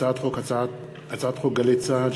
הצעת חוק גלי צה"ל,